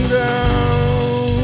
down